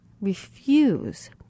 Refuse